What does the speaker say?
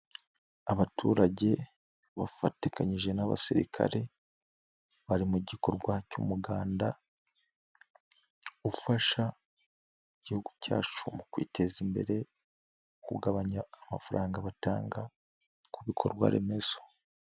Abaturage bafatikanyije n'abasirikare, bari mu gikorwa cy'umuganda ufasha igihugu cyacu mu kwiteza imbere, kugabanya amafaranga batanga ku bikorwa remezo.